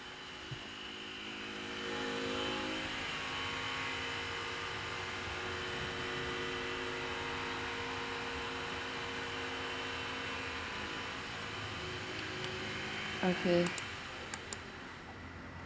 okay